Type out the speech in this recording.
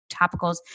topicals